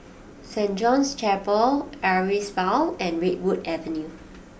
Saint John's Chapel Amaryllis Ville and Redwood Avenue